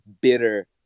bitter